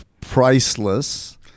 Priceless